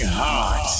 hot